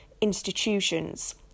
institutions